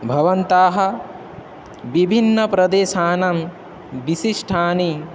भवन्ताः विभिन्नप्रदेशानां विशिष्ठानि